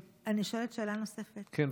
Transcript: אני שואלת שאלה נוספת, ברשותך.